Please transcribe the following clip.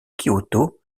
kyoto